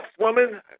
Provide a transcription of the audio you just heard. woman